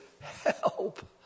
help